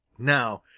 now,